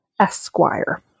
Esquire